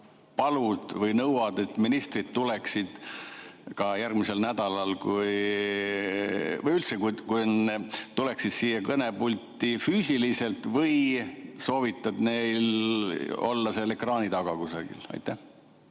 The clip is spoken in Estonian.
palud või nõuad, et ministrid tuleksid ka järgmisel nädalal või üldse siia kõnepulti füüsiliselt, või soovitad neil olla seal ekraani taga kusagil? Hea